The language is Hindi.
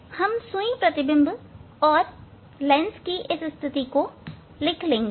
हम सुई प्रतिबिंब और लेंस की स्थिति को लिख लेंगे